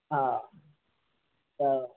हां हो